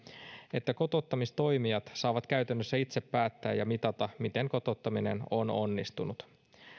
että kotouttamistoimijat saavat käytännössä itse päättää ja mitata miten kotouttaminen on onnistunut